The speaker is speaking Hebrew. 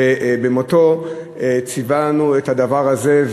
במותו ציווה לנו את הדבר הזה.